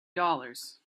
dollars